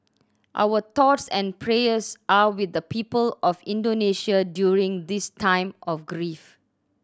our thoughts and prayers are with the people of Indonesia during this time of grief